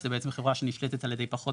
שזה בעצם חברה שנשלטת על ידי פחות